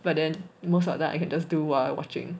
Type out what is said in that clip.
but then most of the time I can just do while I'm watching